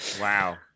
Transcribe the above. Wow